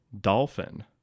dolphin